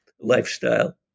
lifestyle